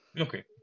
Okay